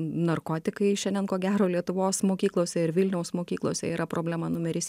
narkotikai šiandien ko gero lietuvos mokyklose ir vilniaus mokyklose yra problema numeris